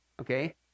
Okay